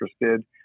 interested